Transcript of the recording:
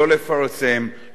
לא לפרסם,